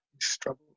struggle